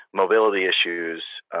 mobility issues,